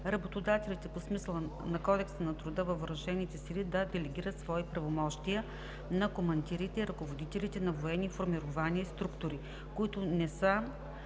работодателите, по смисъла на Кодекса на труда, във въоръжените сили да делегират свои правомощия на командирите и ръководителите на военни формирования и структури, които не са